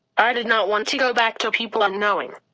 i did not want to go back to people unknowing.